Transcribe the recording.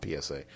PSA